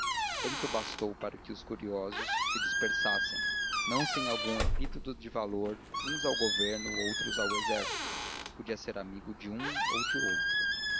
tanto bastou para que os curiosos se dispersassem não sem algum epíteto de louvor uns ao governo outros ao exército podia ser amigo de um ou de outro